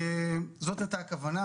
זאת הייתה הכוונה.